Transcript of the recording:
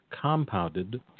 compounded